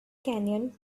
canyon